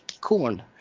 corn